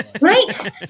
right